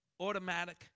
automatic